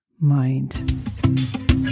mind